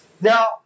Now